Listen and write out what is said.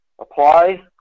apply